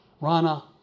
Rana